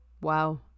Wow